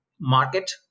market